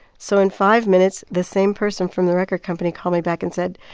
so in five minutes, the same person from the record company called me back and said,